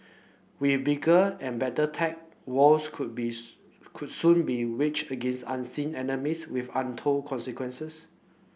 with bigger and better tech wars could be could soon be waged against unseen enemies with untold consequences